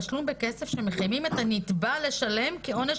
תשלום בכסף שמחייבים את הנתבע לשלם כעונש